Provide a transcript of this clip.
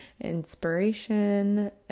inspiration